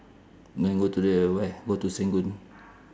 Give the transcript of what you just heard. then go to the where go to serangoon